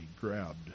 grabbed